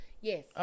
Yes